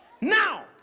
Now